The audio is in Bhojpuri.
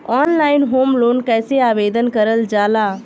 ऑनलाइन होम लोन कैसे आवेदन करल जा ला?